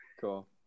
cool